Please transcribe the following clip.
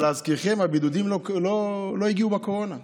אבל להזכירכם, הבידודים לא הגיעו בקורונה.